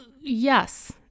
yes